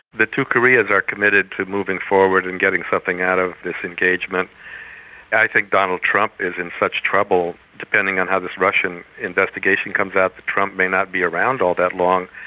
the two koreans are committed to moving forward and getting something out of this engagement. and i think donald trump is in such trouble, depending on how this russian investigation comes out that trump may not be around all that long,